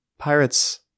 Pirates